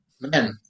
man